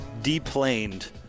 deplaned